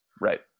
Right